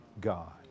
God